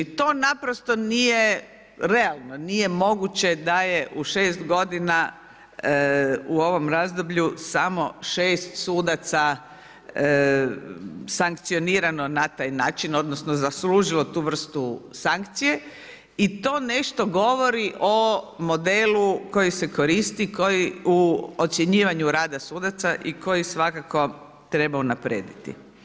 To naprosto nije realno, nije moguće da je u 6 godina u ovom razdoblju samo 6 sudaca sankcionirano na taj način odnosno zaslužilo tu vrstu sankcije i to nešto govori o modelu koji se koristi u ocjenjivanju rada sudaca i koji svakako treba unaprijediti.